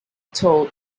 told